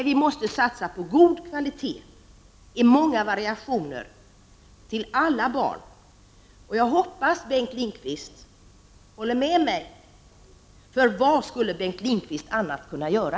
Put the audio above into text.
Vi måste satsa på god kvalitet i många variationer till alla barn. Jag hoppas Bengt Lindqvist håller med mig — vad skulle han annat kunna göra?